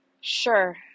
Sure